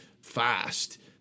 fast